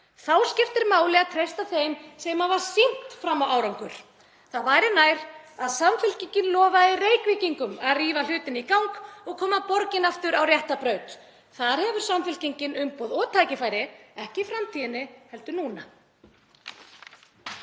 Þá skiptir máli að treysta þeim sem hafa sýnt fram á árangur. Það væri nær að Samfylkingin lofaði Reykvíkingum að rífa hlutina í gang og koma borginni aftur á rétta braut. Þar hefur Samfylkingin umboð og tækifæri, ekki í framtíðinni heldur núna.